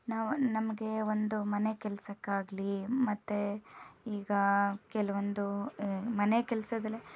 ನಾವು ನಮಗೆ ಒಂದು ಮನೆ ಕೆಲಸಕ್ಕಾಗಲಿ ಮತ್ತೆ ಈಗ ಕೆಲವೊಂದು ಮನೆ ಕೆಲಸದಲ್ಲಿ